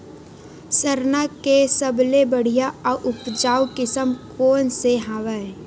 सरना के सबले बढ़िया आऊ उपजाऊ किसम कोन से हवय?